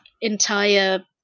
entire